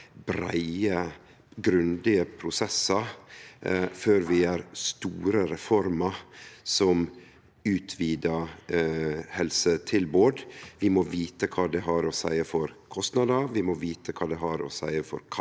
breie, grundige prosessar før vi gjer store reformar, slik som utvida helsetilbod. Vi må vite kva det har å seie for kostnader, og vi må vite kva det har å seie for